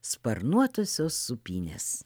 sparnuotosios sūpynės